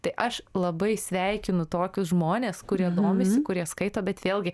tai aš labai sveikinu tokius žmones kurie domisi kurie skaito bet vėlgi